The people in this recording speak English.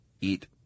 eat